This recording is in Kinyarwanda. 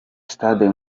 stade